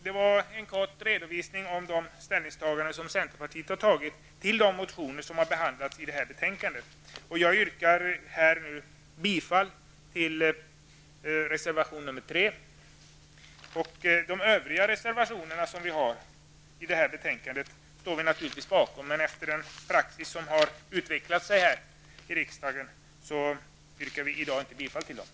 Det här var en kort redovisning för den ställning som centerpartiet har tagit beträffande de motioner som behandlas i betänkandet. Jag yrkar bifall till reservation nr 3. Vi står naturligtvis bakom våra övriga reservationer i betänkandet, men med hänsyn till den praxis som har utvecklats i riksdagen yrkar jag inte bifall till dem.